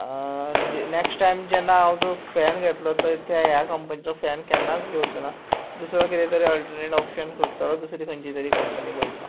ज next time जेन्ना हांव तो फॅन घेत्लो तो त्या ह्या कंपनीचो फॅन केन्नाच घेवचो ना दुसरो किदें तरी अल्टरनेट ऑप्शन करतलो दुसरी खंयची तरी कंपनी पळयतलों